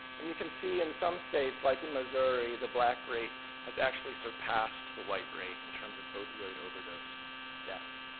and you can see in some states like in missouri, the black rate has actually surpassed the white rate in terms of opioid overdose deaths.